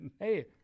Hey